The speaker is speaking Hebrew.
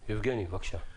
יבגני, בבקשה.